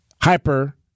hyper